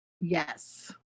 yes